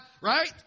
Right